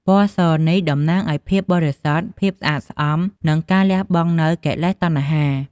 ពណ៌សនេះតំណាងឱ្យភាពបរិសុទ្ធ ភាពស្អាតស្អំ និងការលះបង់នូវកិលេសតណ្ហា។